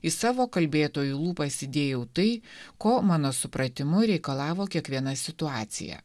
į savo kalbėtojo lūpas įdėjau tai ko mano supratimu reikalavo kiekviena situacija